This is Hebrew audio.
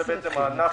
זה בעצם הענף